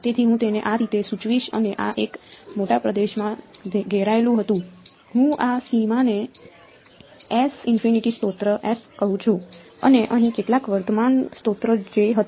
તેથી હું તેને આ રીતે સૂચવીશ અને આ એક મોટા પ્રદેશમાં ઘેરાયેલું હતું હું આ સીમાને સ્ત્રોત S કહું છું અને અહીં કેટલાક વર્તમાન સ્ત્રોત J હતા